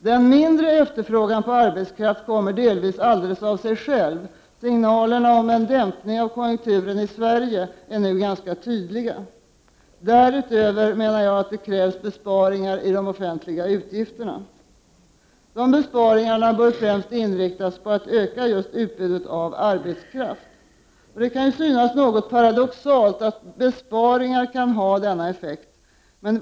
Den mindre efterfrågan på arbetskraft kommer delvis alldeles av sig själv. Signalerna om en dämpning av konjunkturen i Sverige är nu ganska tydliga. Därutöver krävs besparingar i de offentliga utgifterna. De besparingarna bör främst riktas in på att öka utbudet av arbetskraft. Det kan synas något paradoxalt att besparingar kan ha denna effekt.